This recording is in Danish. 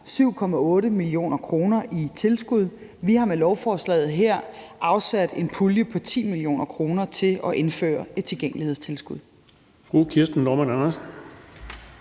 7,8 mio. kr. i tilskud. Vi har med lovforslaget her afsat en pulje på 10 mio. kr. til at indføre tilgængelighedstilskud.